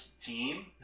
team